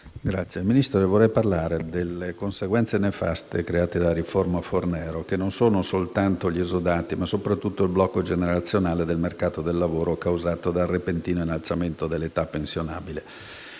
Signor Ministro, le vorrei parlare delle conseguenze nefaste create dalla riforma Fornero, costituite non soltanto dagli esodati, ma - soprattutto - dal blocco generazionale del mercato del lavoro causato dal repentino innalzamento dell'età pensionabile.